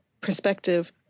perspective